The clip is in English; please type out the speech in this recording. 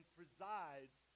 presides